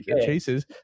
chases